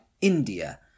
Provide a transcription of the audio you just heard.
India